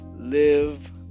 Live